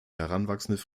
heranwachsende